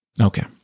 okay